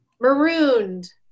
Marooned